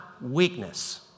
weakness